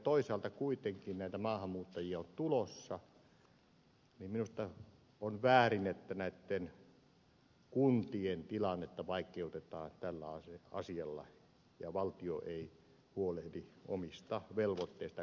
toisaalta kun kuitenkin näitä maahanmuuttajia on tulossa niin minusta on väärin että näitten kuntien tilannetta vaikeutetaan tällä asialla ja valtio ei huolehdi omista velvoitteistaan